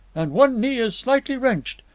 and one knee is slightly wrenched.